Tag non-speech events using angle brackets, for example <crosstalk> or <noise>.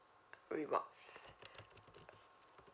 <noise> rewards